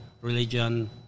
religion